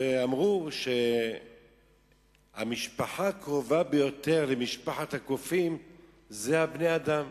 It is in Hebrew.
אמרו שהמשפחה הקרובה ביותר למשפחת הקופים היא בני-האדם.